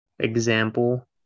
Example